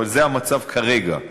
אבל זה המצב כרגע.